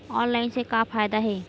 Online से का फ़ायदा हे?